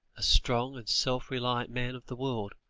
a strong and self-reliant man of the world,